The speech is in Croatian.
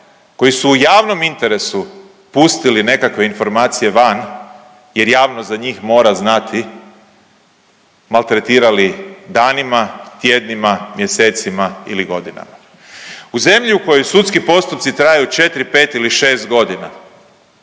koji su u javnom interesu pustili nekakve informacije van jer javnost za njih mora znati, maltretirali danima, tjednima, mjesecima ili godinama. U zemlji u kojoj sudski postupci traju 4, 5 ili 6 godina